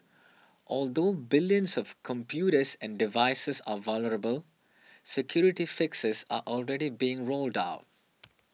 although billions of computers and devices are vulnerable security fixes are already being rolled out